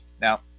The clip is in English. now